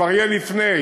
כבר יהיה לפני,